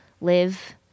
live